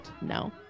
No